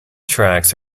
tracks